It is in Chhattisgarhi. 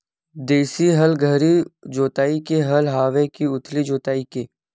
देशी हल गहरी जोताई के हल आवे के उथली जोताई के?